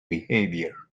behavior